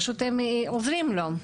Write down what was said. פשוט הם עוזרים לו.